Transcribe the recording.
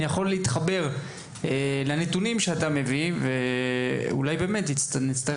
אני יכול להתחבר לנתונים שאתה מביא ואולי נצטרך